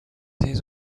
his